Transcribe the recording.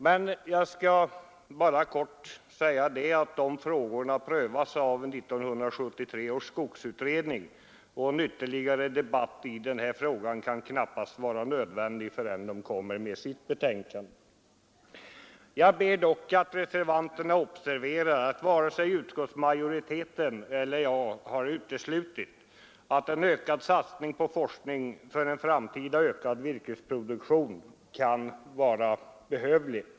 De frågorna prövas emellertid av 1973 års skogsutredning, och ytterligare debatt kan knappast vara befogad förrän den kommer med sitt betänkande. Jag ber dock att reservanterna observerar att varken utskottsmajoriteten eller jag har uteslutit att en kraftigare satsning på forskning för en ökad framtida virkesproduktion kan vara behövlig.